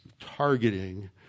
targeting